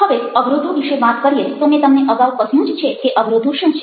હવે અવરોધો વિશે વાત કરીએ તો મેં તમને અગાઉ કહ્યું જ છે કે અવરોધો શું છે